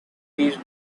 these